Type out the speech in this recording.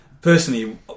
personally